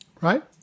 right